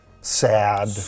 sad